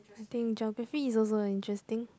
I think geography is also interesting